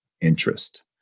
interest